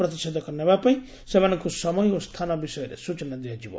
ପ୍ରତିଷେଧକ ନେବାପାଇଁ ସେମାନଙ୍ଙୁ ସମୟ ଓ ସ୍ଥାନ ବିଷୟରେ ସୂଚନା ଦିଆଯିବ